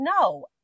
no